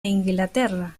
inglaterra